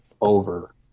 over